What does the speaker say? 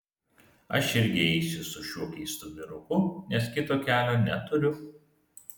aš irgi eisiu su šiuo keistu vyruku nes kito kelio neturiu